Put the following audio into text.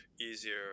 easier